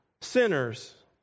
sinners